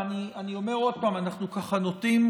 ואני אומר עוד פעם: אנחנו ככה נוטים,